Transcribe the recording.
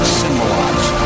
symbolize